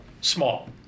small